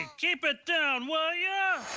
ah keep it down will ya?